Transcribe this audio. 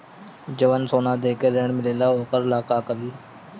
जवन सोना दे के ऋण मिलेला वोकरा ला का करी?